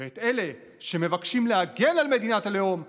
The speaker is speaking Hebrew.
ואת אלה שמבקשים להגן על מדינת הלאום,